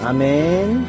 Amen